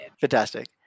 Fantastic